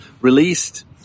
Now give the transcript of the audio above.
released